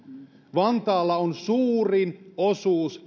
vantaalla on suurin osuus